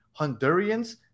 Hondurians